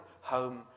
home